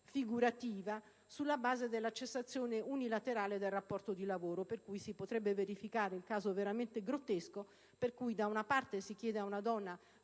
figurativa, sulla base della cessazione unilaterale del rapporto di lavoro. Pertanto, si potrebbe verificare il caso veramente grottesco, per cui, da una parte, si chiede ad una donna